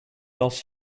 else